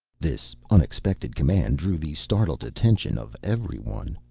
this unexpected command drew the startled attention of everyone.